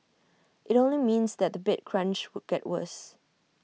IT only means that the bed crunch would get worse